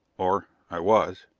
or i was.